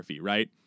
right